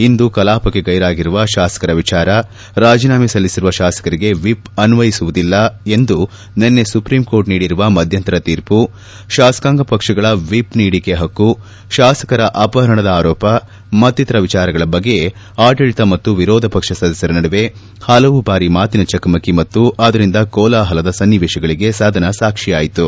ಇಂದು ಕಲಾಪಕ್ಕೆ ಗೈರಾಗಿರುವ ಶಾಸಕರ ವಿಚಾರ ರಾಜೀನಾಮೆ ಸಲ್ಲಿಸಿರುವ ಶಾಸಕರಿಗೆ ವಿಪ್ ಅನ್ವಯವಾಗುವುದಿಲ್ಲ ಎಂದು ನಿನ್ನೆ ಸುಪ್ರೀಂಕೋರ್ಟ್ ನೀಡಿರುವ ಮಧ್ಯಂತರ ತೀರ್ಮ ಶಾಸಕಾಂಗ ಪಕ್ಷಗಳ ವಿಪ್ ನೀಡಿಕೆ ಹಕ್ಕು ಶಾಸಕರ ಅಪಹರಣದ ಆರೋಪ ಮತ್ತಿತರ ವಿಚಾರಗಳ ಬಗ್ಗೆಯೇ ಆಡಳಿತ ಮತ್ತು ವಿರೋಧ ಪಕ್ಷ ಸದಸ್ಯರ ನಡುವೆ ಹಲವು ಬಾರಿ ಮಾತಿನ ಚಕಮಕಿ ಮತ್ತು ಅದರಿಂದ ಕೋಲಾಹಲದ ಸನ್ನಿವೇಶಗಳಿಗೆ ಸದನ ಸಾಕ್ಷಿಯಾಯಿತು